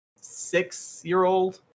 six-year-old